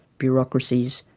bureaucracies,